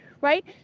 right